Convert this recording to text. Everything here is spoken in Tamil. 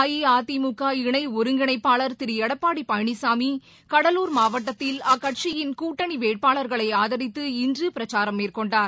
அஇஅதிமுக இணை ஒருங்கிணைப்பாளர் திரு எடப்பாடி பழனிசாமி கடலூர் மாவட்டத்தில் அக்கட்சியின் கூட்டணி வேட்பாளர்களை ஆதரித்து இன்று பிரச்சாரம் மேற்கொண்டார்